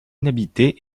inhabitée